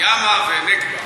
ימה ונגבה,